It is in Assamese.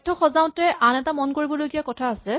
তথ্য সজাওতে আন এটা মন কৰিব লগীয়া কথা আছে